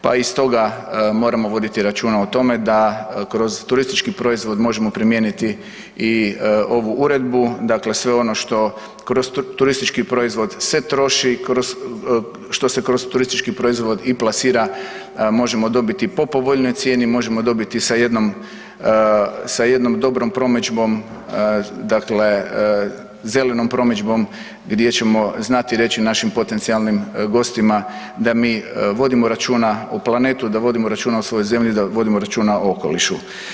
Pa i stoga moramo voditi računa o tome da kroz turistički proizvod možemo primijeniti i ovu Uredbu, dakle sve ono što kroz turistički proizvod se troši i kroz, što se kroz turistički proizvod i plasira možemo dobiti po povoljnijoj cijeni, možemo dobiti sa jednom dobrom promidžbom, dakle zelenom promidžbom gdje ćemo znati reći našim potencijalnim gostima da mi vodimo računa o planetu, da vodimo računa o svojoj zemlji, da vodimo računa o okolišu.